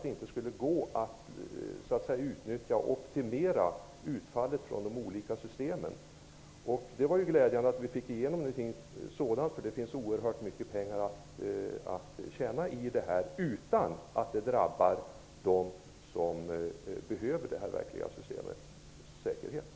Det skall inte kunna gå att optimera utfallet av de olika systemen. Det var ju glädjande att vi fick igenom ett sådant förslag, eftersom det finns oerhört mycket pengar att hämta här utan att det drabbar dem som verkligen behöver den säkerhet som finns i systemet.